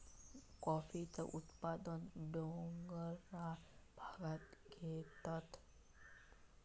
कॉफीचा उत्पादन डोंगराळ भागांत घेतत